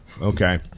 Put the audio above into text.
Okay